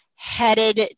headed